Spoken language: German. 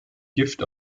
gift